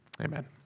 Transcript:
Amen